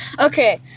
Okay